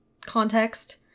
context